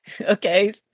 Okay